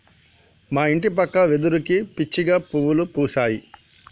మా ఇంటి పక్క వెదురుకి పిచ్చిగా పువ్వులు పూస్తాయి